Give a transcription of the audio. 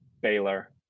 Baylor